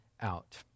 out